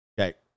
Okay